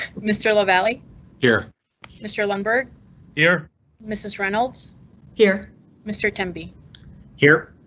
mr lavalley here mr lumbergh here mrs reynolds here mr tim be here.